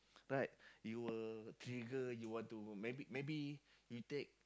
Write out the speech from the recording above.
right you were trigger you want to maybe maybe you take